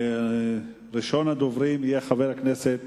וראשון הדוברים יהיה חבר הכנסת